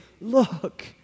look